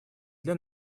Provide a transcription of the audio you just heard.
для